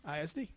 ISD